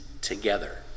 together